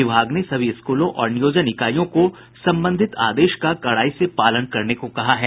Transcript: विभाग ने सभी स्कूलों और नियोजन इकाईयों को संबंधित आदेश का कड़ाई से पालन करने को कहा है